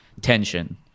tension